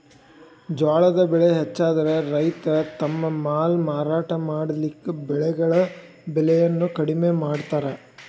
ಜ್ವಾಳದ್ ಬೆಳೆ ಹೆಚ್ಚಾದ್ರ ರೈತ ತಮ್ಮ ಮಾಲ್ ಮಾರಾಟ ಮಾಡಲಿಕ್ಕೆ ಬೆಳೆಗಳ ಬೆಲೆಯನ್ನು ಕಡಿಮೆ ಮಾಡತಾರ್